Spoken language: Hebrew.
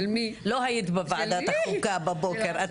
לא היית בוועדת החוקה בבוקר.